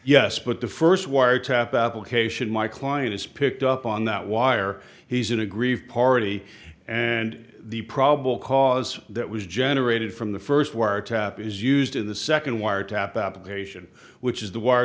yes but the first wiretap application my client is picked up on that wire he's an aggrieved party and the probable cause that was generated from the first wiretap is used in the second wiretap application which is the wire